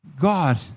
God